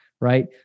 Right